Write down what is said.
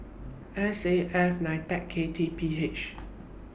S A F NITEC K T P H